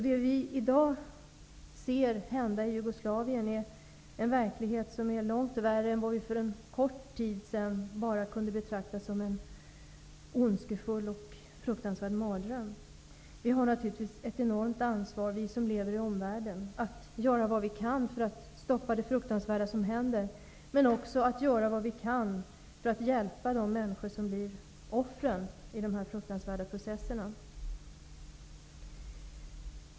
Det vi i dag ser hända i Jugoslavien är en verklighet som är långt värre än vad vi för en kort tid sedan bara kunde betrakta som en ondskefull och fruktansvärd mardröm. Vi som lever i omvärlden har naturligtvis ett enormt ansvar för att göra vad vi kan för att stoppa det fruktansvärda som händer men också för att göra vad vi kan för att hjälp de människor som blir offren i dessa fruktansvärda processer.